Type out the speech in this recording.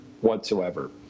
whatsoever